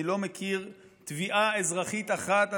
אני לא מכיר תביעה אזרחית אחת,